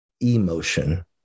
emotion